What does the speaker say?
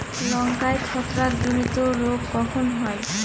লঙ্কায় ছত্রাক জনিত রোগ কখন হয়?